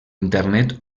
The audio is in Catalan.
internet